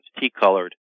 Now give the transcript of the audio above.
tea-colored